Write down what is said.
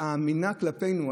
ואמינה כלפינו.